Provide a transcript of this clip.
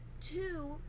two